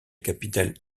capitale